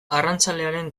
arrantzalearen